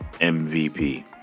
MVP